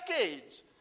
decades